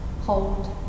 hold